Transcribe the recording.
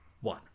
one